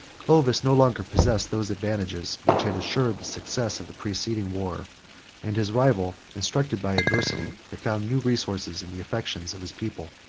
clovis no longer possessed those advantages which had assured the success of the preceding war and his rival, instructed by adversity, had found new resources in the affections of his people.